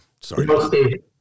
sorry